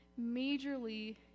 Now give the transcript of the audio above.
majorly